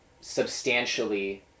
substantially